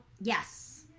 Yes